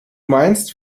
meinst